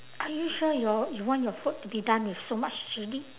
are you sure your you want your food to be done with so much chilli